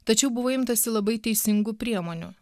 tačiau buvo imtasi labai teisingų priemonių